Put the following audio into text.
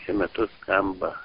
šiuo metu skamba